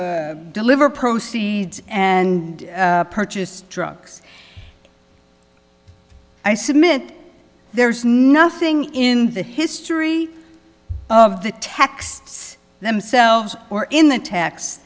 deliver proceeds and purchased drugs i submit there's nothing in the history of the texts themselves or in the t